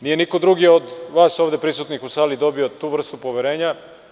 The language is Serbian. Nije niko drugi od vas ovde prisutnih u sali dobio tu vrstu poverenja.